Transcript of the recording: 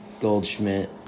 Goldschmidt